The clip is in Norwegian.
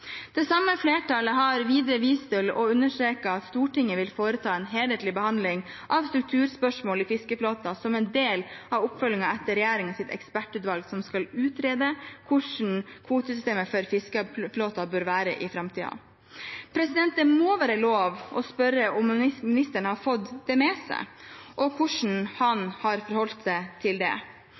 Det samme flertallet har videre vist til og understreket at «Stortinget vil foreta en helhetlig behandling av strukturspørsmål i fiskeflåten som en del av oppfølgingen etter regjeringens ekspertutvalg som skal utrede hvordan kvotesystemet for fiskeflåten bør være i framtiden.» Det må være lov å spørre om ministeren har fått det med seg, og hvordan han har forholdt seg til det.